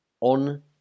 on